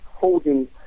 holding